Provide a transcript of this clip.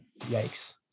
Yikes